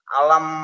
alam